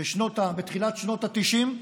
בתחילת שנות ה-90,